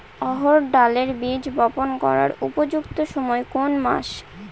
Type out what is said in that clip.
অড়হড় ডালের বীজ বপন করার উপযুক্ত সময় কোন কোন মাস?